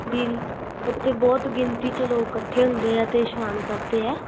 ਵੀ ਉਤੇ ਬਹੁਤ ਗਿਣਤੀ 'ਚ ਲੋਕ ਇਕੱਠੇ ਹੁੰਦੇ ਆ ਅਤੇ ਇਸ਼ਨਾਨ ਕਰਦੇ ਆ